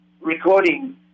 recording